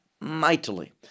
mightily